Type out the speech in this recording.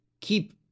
keep